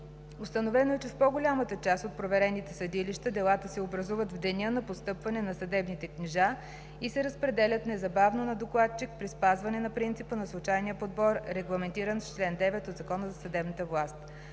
Установено е, че в по-голямата част от проверените съдилища делата се образуват в деня на постъпване на съдебните книжа и се разпределят незабавно на докладчик при спазване на принципа на случайния подбор, регламентиран с чл. 9 Закона за съдебната власт.